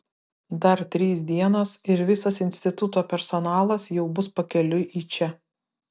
dar trys dienos ir visas instituto personalas jau bus pakeliui į čia